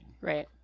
Right